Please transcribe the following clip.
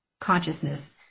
consciousness